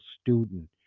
student